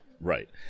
right